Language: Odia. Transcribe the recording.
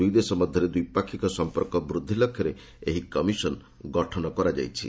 ଦୁଇ ନେତାଙ୍କ ମଧ୍ୟରେ ଦ୍ୱିପାକ୍ଷୀୟ ସମ୍ପର୍କ ବୃଦ୍ଧି ଲକ୍ଷରେ ଏହି କମିଶନ ଗଠନ କରାଯାଇଛି